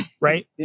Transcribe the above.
right